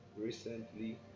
recently